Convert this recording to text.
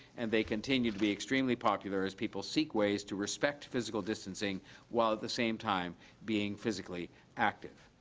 and they continue to be extremely popular as people seek ways to respect physical distancing while at the same time being physically active.